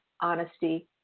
honesty